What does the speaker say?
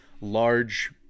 large